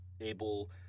able